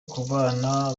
kubana